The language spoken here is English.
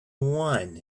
one